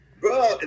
Bro